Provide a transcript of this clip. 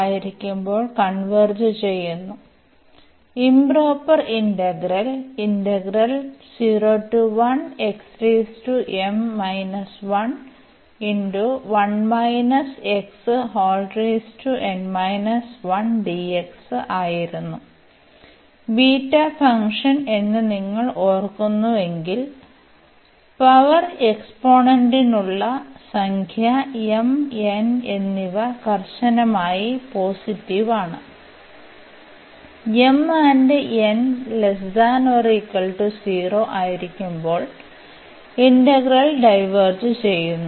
ആയിരിക്കുമ്പോൾ കൺവെർജ് ചെയ്യുന്നു improper integral ആയിരുന്നു ബീറ്റ ഫംഗ്ഷൻ എന്ന് നിങ്ങൾ ഓർക്കുന്നുവെങ്കിൽ പവർ എക്സ്പോണന്റിലുള്ള സംഖ്യ m n എന്നിവ കർശനമായി പോസിറ്റീവ് ആണ് m n≤0 ആയിരിക്കുമ്പോൾ ഇന്റഗ്രൽ ഡൈവേർജ് ചെയ്യുന്നു